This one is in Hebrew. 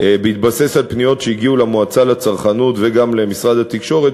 בהתבסס על פניות שהגיעו למועצה לצרכנות וגם למשרד התקשורת,